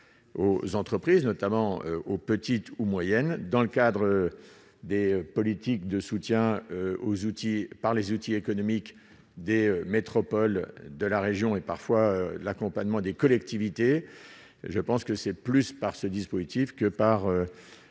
aux entreprises, notamment aux petites ou moyennes, dans le cadre des politiques de soutien aux outils par les outils économiques des métropoles de la région et parfois l'accompagnement des collectivités, je pense que c'est plus par ce dispositif, que par